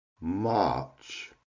March